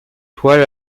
toile